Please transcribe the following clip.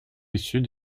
issus